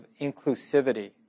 inclusivity